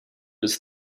his